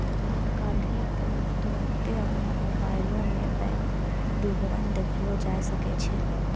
आइ काल्हि त तुरन्ते अपनो मोबाइलो मे बैंक विबरण देखलो जाय सकै छै